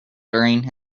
during